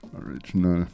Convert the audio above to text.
original